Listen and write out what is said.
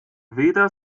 weder